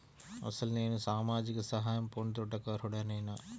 అసలు నేను సామాజిక సహాయం పొందుటకు అర్హుడనేన?